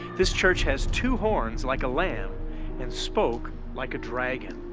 this church has two horns like a lamb and spoke like a dragon.